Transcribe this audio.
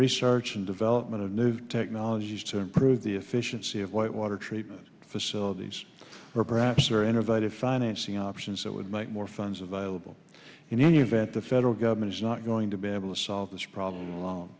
research and development of new technologies to improve the efficiency of white water treatment facilities or perhaps are innovative financing options that would make more funds available in any event the federal government is not going to be able to solve this problem alone